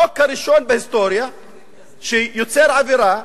החוק הראשון בהיסטוריה שיוצר עבירה,